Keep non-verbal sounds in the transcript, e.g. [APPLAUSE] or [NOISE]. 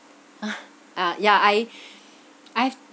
[NOISE] ah ya I I've